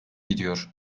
gidiyor